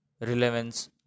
relevance